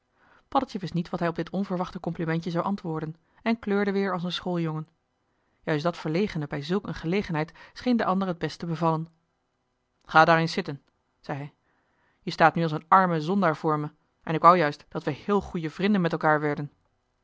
paddeltje wist niet wat hij op dit onverwachte complimentje zou antwoorden en kleurde weer als een schooljongen juist dat verlegene bij zulk een gelegenheid scheen den ander het best te bevallen ga daar eens zitten zei hij je staat nu als een arme zondaar voor me en ik wou juist dat we heel goeie vrinden met elkaar werden